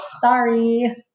sorry